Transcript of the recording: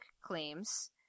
claims